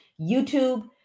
YouTube